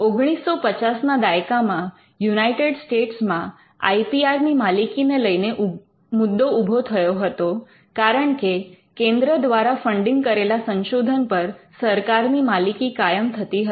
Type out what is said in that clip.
૧૯૫૦ ના દાયકામાં યુનાઇટેડ સ્ટેટ્સમાં આઈ પી આર ની માલિકી ને લઈને મુદ્દો ઉભો થયો હતો કારણકે કેન્દ્ર દ્વારા ફંડિંગ કરેલા સંશોધન પર સરકારની માલિકી કાયમ થતી હતી